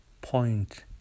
point